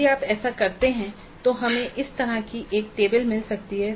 यदि आप ऐसा करते हैं तो हमें इस तरह की एक टेबल मिल सकती है